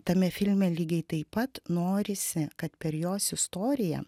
tame filme lygiai taip pat norisi kad per jos istoriją